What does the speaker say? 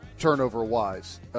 turnover-wise